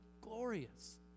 glorious